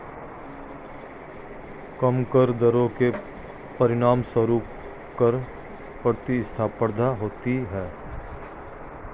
कम कर दरों के परिणामस्वरूप कर प्रतिस्पर्धा होती है